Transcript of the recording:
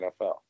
NFL